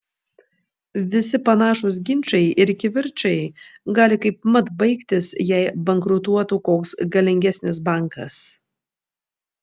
visi panašūs ginčai ir kivirčai gali kaipmat baigtis jei bankrutuotų koks galingesnis bankas